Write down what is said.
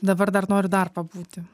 dabar dar noriu dar pabūti